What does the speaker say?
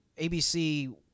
ABC